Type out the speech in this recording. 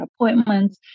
appointments